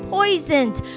poisoned